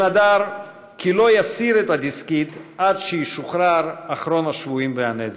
הוא נדר כי לא יסיר את הדסקית עד שישוחרר אחרון השבויים והנעדרים.